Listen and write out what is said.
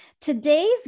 Today's